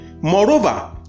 moreover